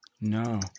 No